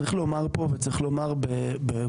צריך לומר פה וצריך לומר בהוגנות.